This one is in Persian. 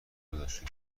گذاشته